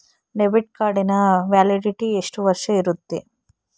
Debit ಕಾರ್ಡಿನ validity ಎಷ್ಟು ವರ್ಷ ಇರುತ್ತೆ?